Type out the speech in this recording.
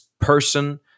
person